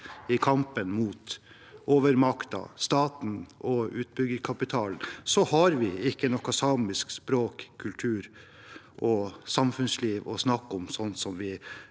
i kampen mot overmakten – staten og utbyggerkapitalen – har vi ikke lenger noe samisk språk, kultur eller samfunnsliv å snakke om, men vi